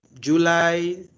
July